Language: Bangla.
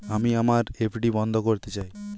আমি আমার এফ.ডি বন্ধ করতে চাই